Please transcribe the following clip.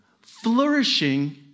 flourishing